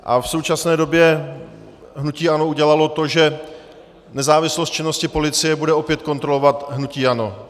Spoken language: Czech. A v současné době hnutí ANO udělalo to, že nezávislost činnosti policie bude opět kontrolovat hnutí ANO.